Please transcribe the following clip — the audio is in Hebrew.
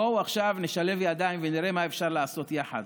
בואו עכשיו נשלב ידיים ונראה מה אפשר לעשות יחד.